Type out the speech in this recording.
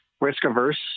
risk-averse